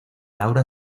laura